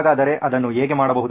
ಹಾಗಾದರೆ ಅದನ್ನು ಹೇಗೆ ಮಾಡಬಹುದು